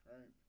Right